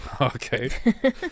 okay